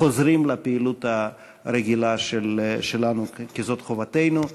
חוזרים לפעילות הרגילה שלנו, כי זאת חובתנו.